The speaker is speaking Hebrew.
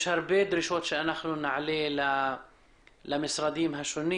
יש הרבה דרישות שנעלה למשרדים השונים.